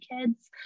kids